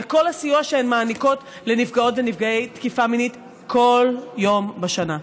על כל הסיוע שהן מעניקות לנפגעות ונפגעי תקיפה מינית כל יום בשנה.